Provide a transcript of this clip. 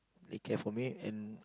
they care for me and